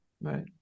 right